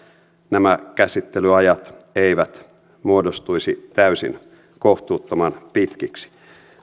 nämä käsittelyajat eivät muodostuisi täysin kohtuuttoman pitkiksi